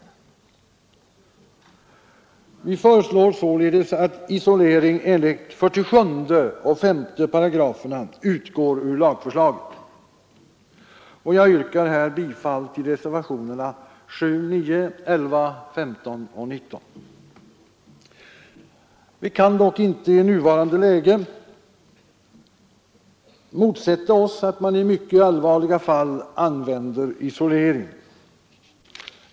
Vi föreslår således att isolering enligt 47 och 50 §§ utgår ur lagförslaget. Jag yrkar här bifall till reservationerna 7, 9, 11, 15 och 19. Vi kan dock inte i nuvarande läge motsätta oss att man i mycket allvarliga fall använder isolering.